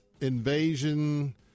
invasion